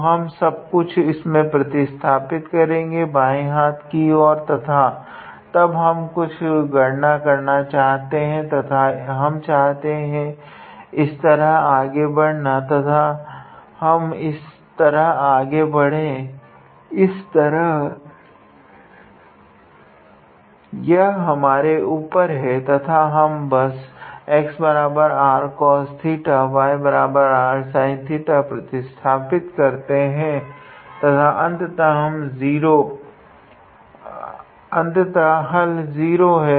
तो हम सब कुछ इसमें प्रतिस्थापित करेगे बांयें हाथ की और तथा तब हम कुछ गणना करना चाहते है तथा हम चाहे इस तरह आगे बड़े या हम इस तरह आगे बड़े इस तरह यह हमारे ऊपर है तथा हम बस xrcos𝜃 yrsin𝜃 प्रतिस्थापित करते है तथा अंततः हल 0 हैं